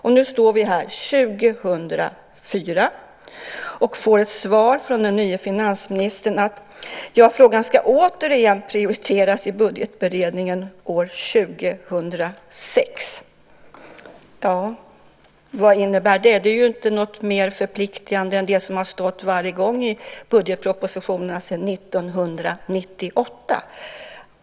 Och nu står vi här 2004 och får ett svar från den nye finansministern om att frågan återigen ska prioriteras i budgetberedningen år 2006. Vad innebär det? Det är inte något mer förpliktigande än det som har stått varje gång i budgetpropositionerna sedan 1998.